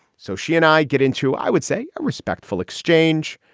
so she and i get into, i would say, a respectful exchange.